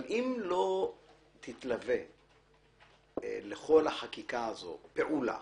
אבל אם לא תתלווה לכל החקיקה הזאת פעולה